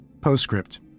Postscript